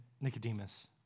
Nicodemus